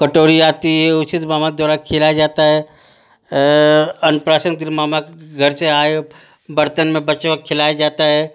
कटोरी आती है उचित मामा द्वारा खिलाया जाता है अन्नपरासन दिन मामा घर से आए बर्तन में बच्चों को खिलाया जाता है